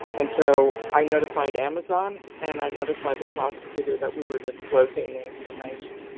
and so i notified amazon and i notified the prosecutor that we were disclosing the information.